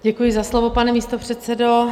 Děkuji za slovo, pane místopředsedo.